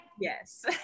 Yes